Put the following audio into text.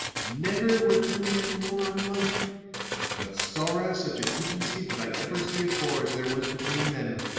never were two men more unlike but sorra such an intimacy did i ever see afore, as there was between them.